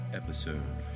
episode